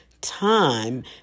time